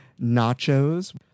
nachos